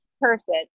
person